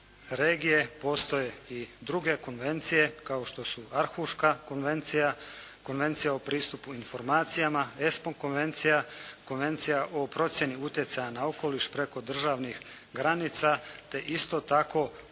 regije postoje i druge konvencije, kao što su Arhuška konvencija, Konvencija o pristupu informacijama, ESPO Konvencija, Konvencija o procjeni utjecaja na okoliš preko državnih granica, te isto tako